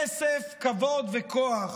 כסף, כבוד וכוח.